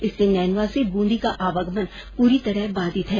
इससे नैनवा से बूंदी का आवागमन पूरी तरह बाधित है